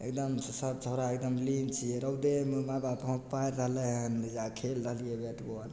एकदमसँ सभ छौड़ा एकदम लीन छियै रौदेमे माय बाप फौंफ पारि रहलय हन इहाॉ खेल रहलियै बैट बौल